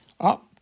up